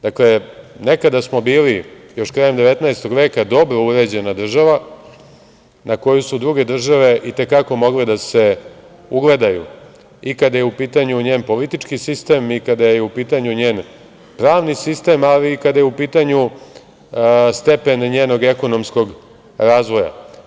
Dakle, nekada smo bili, još krajem 19. veka, dobro uređena država na koju su druge države i te kako mogle da se ugledaju i kada je u pitanju njen politički sistem i kada je u pitanju njen pravni sistem, ali i kada je u pitanju stepen njenog ekonomskog razvoja.